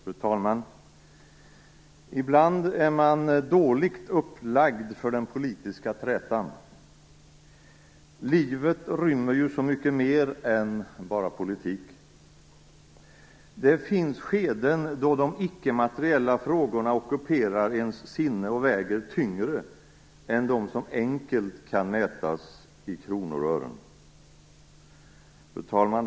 Fru talman! Ibland är man dåligt upplagd för den politiska trätan. Livet rymmer ju så mycket mer än bara politik. Det finns skeden då de icke-materiella frågorna ockuperar ens sinne och väger tyngre än de som enkelt kan mätas i kronor och ören.